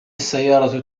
السيارة